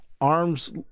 arm's